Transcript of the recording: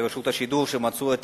לרשות השידור שמצאו את